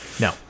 No